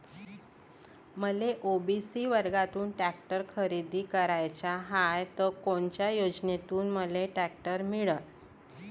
मले ओ.बी.सी वर्गातून टॅक्टर खरेदी कराचा हाये त कोनच्या योजनेतून मले टॅक्टर मिळन?